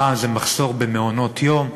פעם זה מחסור במעונות-יום,